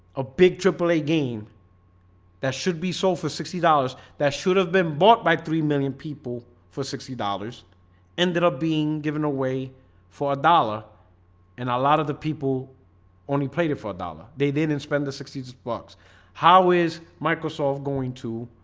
a big triple a game that should be sold for sixty dollars that should have been bought by three million people for sixty dollars ended up being given away for one dollars and a lot of the people only played it for a dollar. they didn't and spend the succeeds box how is microsoft going to?